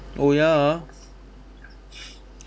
oh ya ah